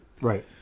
Right